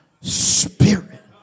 Spirit